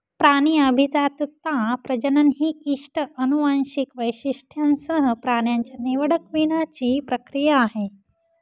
प्राणी अभिजातता, प्रजनन ही इष्ट अनुवांशिक वैशिष्ट्यांसह प्राण्यांच्या निवडक वीणाची प्रक्रिया आहे